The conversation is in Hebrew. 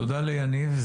תודה ליניב.